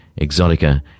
exotica